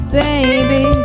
baby